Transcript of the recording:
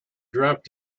dropped